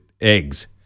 eggs